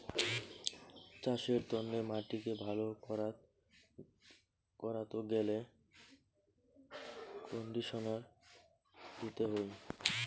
চাসের তন্নে মাটিকে ভালো করাত গ্যালে কন্ডিশনার দিতে হই